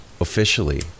officially